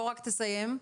אנא תסיים.